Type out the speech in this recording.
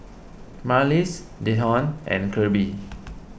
Marlys Dejon and Kirby